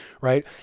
right